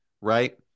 right